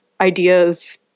ideas